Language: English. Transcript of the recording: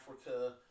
Africa